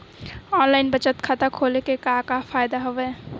online बचत खाता खोले के का का फ़ायदा हवय